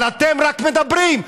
אבל אתם רק מדברים.